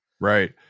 Right